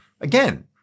Again